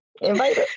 Invite